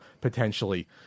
potentially